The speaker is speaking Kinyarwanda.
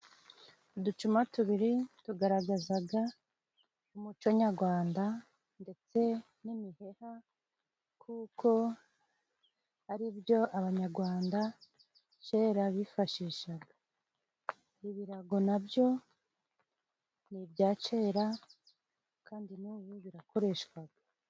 Uducuma tubiri tugaragazaga umuco nyarwanda, ndetse n'imiheha kuko aribyo abanyagwanda kera bifashishaga ibirago na byo ni ibya kera kandi n'ubu birakoreshwaga.